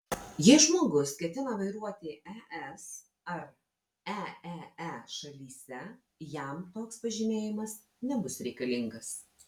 jei žmogus ketina vairuoti es ar eee šalyse jam toks pažymėjimas nebus reikalingas